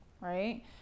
right